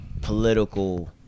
political